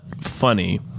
funny